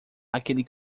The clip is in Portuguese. aquele